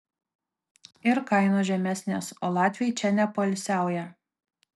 ir kainos žemesnės o latviai čia nepoilsiauja